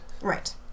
Right